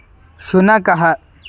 शुनकः